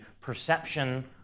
perception